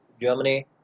Germany